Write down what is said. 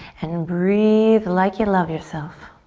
and breathe like you love yourself.